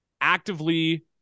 actively